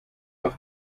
auf